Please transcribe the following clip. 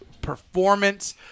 performance